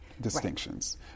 distinctions